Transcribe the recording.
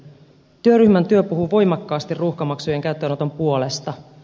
työryhmän työ puhuu voimakkaasti ruuhkamaksujen käyttöönoton puolesta